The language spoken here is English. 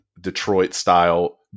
Detroit-style